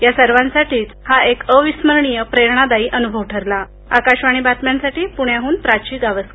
या सर्वांसाठीच हा एक अविस्मरणीय प्रख्खादायी अनुभव ठरला आकाशवाणी बातम्यांसाठी पुण्याहन प्राची गावस्कर